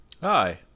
Hi